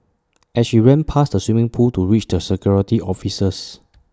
as she ran past the swimming pool to reach the security officers